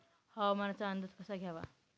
हवामानाचा अंदाज कसा घ्यावा?